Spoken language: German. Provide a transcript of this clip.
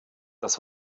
das